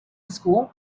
school